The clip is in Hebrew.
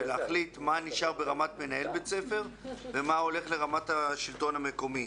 ולהחליט מה נשאר ברמת מנהל בית ספר ומה הולך לרמת השלטון המקומי.